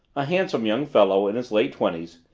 a handsome young fellow, in his late twenties,